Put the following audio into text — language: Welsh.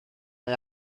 mae